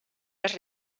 les